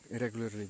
regularly